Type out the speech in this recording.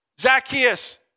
Zacchaeus